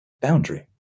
boundary